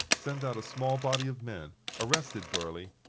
sent out a small body of men, arrested burley,